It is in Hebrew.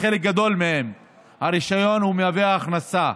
לחלק גדול מהם הרישיון מהווה הכנסה,